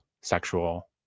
sexual